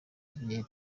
ighe